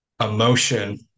emotion